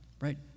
right